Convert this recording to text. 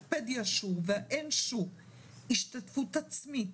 הפדיהשו והאנשור - השתתפות עצמית,